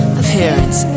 appearance